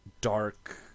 dark